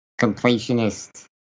completionist